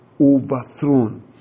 overthrown